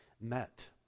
met